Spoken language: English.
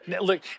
Look